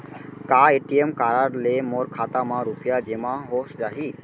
का ATM card ले मोर खाता म रुपिया जेमा हो जाही?